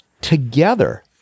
together